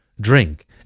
Drink